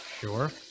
Sure